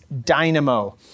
dynamo